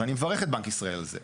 ואני מברך את בנק ישראל על זה.